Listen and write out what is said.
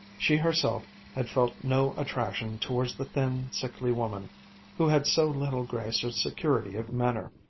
she herself had felt no attraction towards the thin, sickly woman who had so little grace or security of manner.